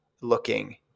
looking